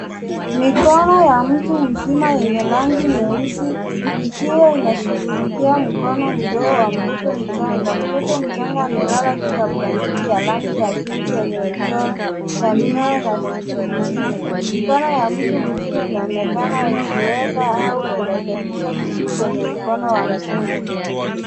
Mikono ya mtu mzima yenye rangi nyeusi ikiwa inashughulikia mkono mdogo wa mtoto mchanga. Mtoto mchanga amelala juu ya blanketi ya rangi ya pink yenye michoro ya mioyo na vitu vingine. Mikono ya mtu mzima inaonekana ikiweka au kurekebisha kitu kwenye mkono wa mtoto.